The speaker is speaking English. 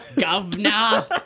Governor